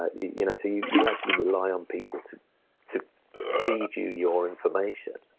ah you know so you you actually rely on people to to feed you your information,